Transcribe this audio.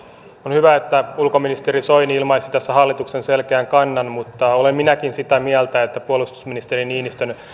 on hyvä että ulkoministeri soini ilmaisi tässä hallituksen selkeän kannan mutta olen minäkin sitä mieltä että puolustusministeri niinistön